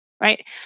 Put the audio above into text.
right